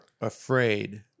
afraid